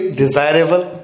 desirable